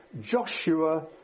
Joshua